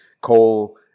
coal